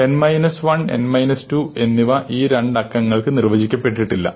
n minus 1 n minus 2 എന്നിവ ഈ രണ്ട് അക്കങ്ങൾക്ക് നിർവചിക്കപ്പെടില്ല